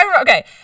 okay